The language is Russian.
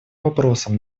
вопросам